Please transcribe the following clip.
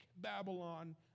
Babylon